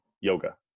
yoga